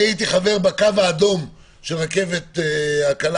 אני הייתי חבר בקו האדום של הרכבת הקלה